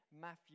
Matthew